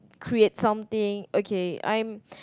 create something okay I'm